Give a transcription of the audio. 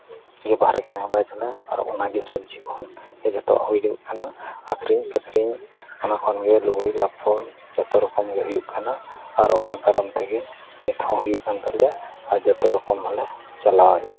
ᱜᱮ ᱵᱟᱦᱨᱮ ᱠᱟᱹᱢᱤ ᱵᱟᱭ ᱪᱟᱞᱟᱜᱼᱟ ᱚᱱᱟᱜᱮ ᱥᱚᱵᱽᱡᱤ ᱠᱷᱚᱱ ᱡᱷᱚᱛᱚᱣᱟᱜ ᱦᱩᱭᱩᱜ ᱠᱟᱱᱟ ᱟᱠᱷᱨᱤᱧ ᱯᱟᱠᱷᱨᱤᱧ ᱚᱱᱟ ᱠᱷᱚᱱᱜᱮ ᱞᱩᱜᱽᱲᱤᱡ ᱞᱟᱯᱚ ᱡᱷᱚᱛᱚ ᱨᱚᱠᱚᱢᱟᱜ ᱜᱮ ᱦᱩᱭᱩᱜ ᱠᱟᱱᱟ ᱟᱨ ᱚᱱᱟ ᱠᱟᱨᱚᱱ ᱛᱮᱜᱮ ᱱᱤᱛᱦᱚᱸ ᱦᱩᱭᱩᱜ ᱠᱟᱱ ᱛᱟᱞᱮᱭᱟ ᱟᱨ ᱡᱚᱛᱚ ᱨᱚᱠᱚᱢ ᱦᱚᱸᱞᱮ ᱪᱟᱞᱟᱣᱮᱫᱟ